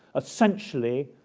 essentially